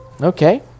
Okay